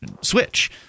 switch –